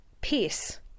peace